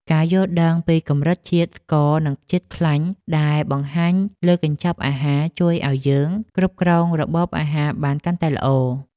ការយល់ដឹងពីកម្រិតជាតិស្ករនិងជាតិខ្លាញ់ដែលបង្ហាញលើកញ្ចប់អាហារ ជួយឱ្យយើងគ្រប់គ្រងរបបអាហារបានកាន់តែល្អ។